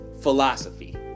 philosophy